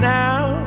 now